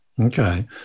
Okay